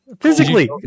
Physically